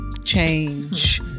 change